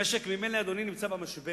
המשק ממילא, אדוני, נמצא במשבר.